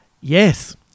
Yes